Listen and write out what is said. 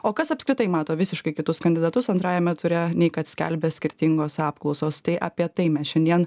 o kas apskritai mato visiškai kitus kandidatus antrajame ture nei kad skelbia skirtingos apklausos tai apie tai mes šiandien